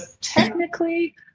technically